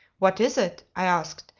what is it i asked,